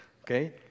okay